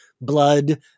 blood